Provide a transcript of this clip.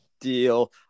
deal